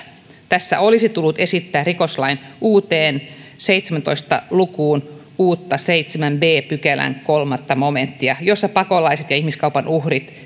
tässä olisi tullut esittää rikoslain uuteen seitsemääntoista lukuun uutta seitsemännen b pykälän kolmas momenttia jossa pakolaiset ja ihmiskaupan uhrit